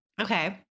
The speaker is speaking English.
okay